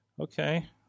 Okay